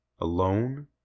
alone